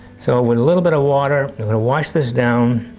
so but a little bit of water i'm going to wash this down,